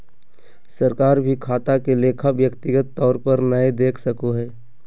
सरकार भी खाता के लेखा व्यक्तिगत तौर पर नय देख सको हय